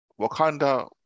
Wakanda